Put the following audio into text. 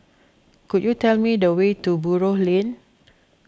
could you tell me the way to Buroh Lane